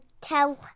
tell